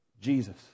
Jesus